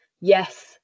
yes